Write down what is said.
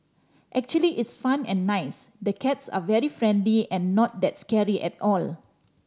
actually it's fun and nice the cats are very friendly and not that scary at all